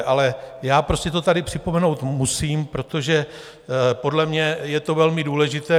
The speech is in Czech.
Ale já prostě to tady připomenout musím, protože podle mě je to velmi důležité.